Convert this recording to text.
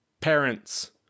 Parents